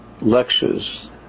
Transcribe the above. lectures